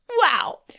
Wow